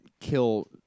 kill